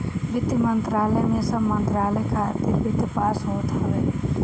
वित्त मंत्रालय में सब मंत्रालय खातिर वित्त पास होत हवे